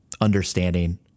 understanding